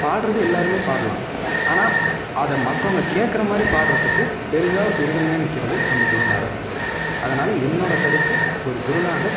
பாடுறது எல்லாருமே பாடலாம் ஆனால் அதை மற்றவங்க கேக்குறமாதிரி பாடுறதுக்கு பெரிதாக உறுதுணையாக நிற்கிறது நம்ப குருநாதர் தான் அதனால் என்னோட கருத்து ஒரு குருநாதர்